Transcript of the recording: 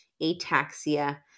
ataxia